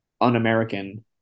un-American